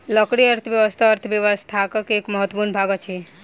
लकड़ी अर्थव्यवस्था अर्थव्यवस्थाक एक महत्वपूर्ण भाग अछि